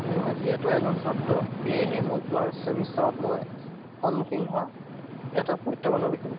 মই যিহেতু এজন ছাত্ৰ সেয়েহে মোৰ যোৱা ছেমিষ্টাৰত মই সন্মুখীন হোৱা এটা প্ৰত্যাহ্বানৰ বিষয়ে